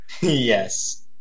Yes